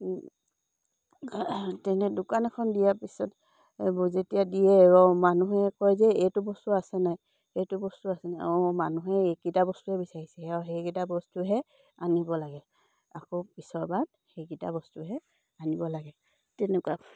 তেনে দোকান এখন দিয়াৰ পিছত যেতিয়া দিয়ে মানুহে কয় যে এইটো বস্তু আছে নাই এইটো বস্তু আছে নাই অঁ মানুহে এইকেইটা বস্তুৱে বিচাৰিছে আৰু সেইকেইটা বস্তুহে আনিব লাগে আকৌ পিছৰবাৰ সেইকেইটা বস্তুহে আনিব লাগে তেনেকুৱা